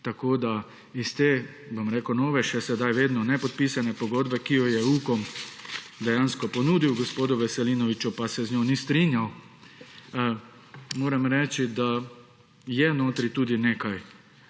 Meče pač nek sum. Iz te nove, sedaj še vedno nepodpisane pogodbe, ki jo je Ukom dejansko ponudil gospodu Veselinoviču, pa se z njo ni strinjal, moram reči, da je notri tudi nekaj